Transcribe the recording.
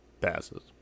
passes